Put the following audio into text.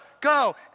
Go